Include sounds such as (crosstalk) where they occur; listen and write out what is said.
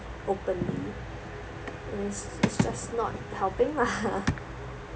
openly it's it's just not helping lah (laughs)